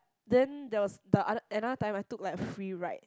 then there was the other another time I took like a free ride